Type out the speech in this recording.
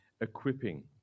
equipping